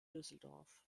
düsseldorf